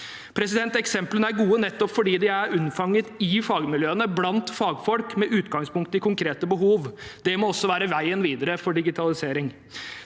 Eksemplene er gode nettopp fordi de er unnfanget i fagmiljøene, blant fagfolk og med utgangspunkt i konkrete behov. Det må også være veien videre for digitaliseringen.